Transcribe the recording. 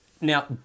now